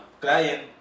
client